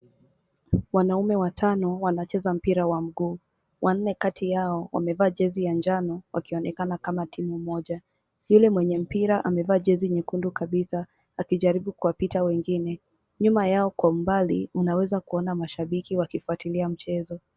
Wanaume watano wanacheza mpira wa mguu. Wanne kati yao wamevaa jezi ya njano wakionekana kama timu moja. Yule mwenye mpira amevaa jezi nyekundu kabisa akijaribu kuwapita wengine. Nyuma yake kwa umbali unaweza kuona mashabiki wakifuatilia mchezo.